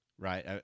right